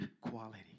quality